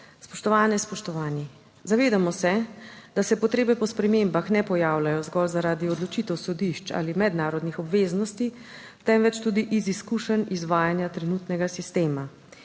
Spoštovane in spoštovani! Zavedamo se, da se potrebe po spremembah ne pojavljajo zgolj zaradi odločitev sodišč ali mednarodnih obveznosti, temveč tudi iz izkušenj izvajanja trenutnega sistema.